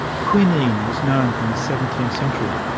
quinine was known from the seventeenth century,